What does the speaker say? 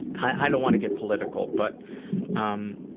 i don't want to get political, but um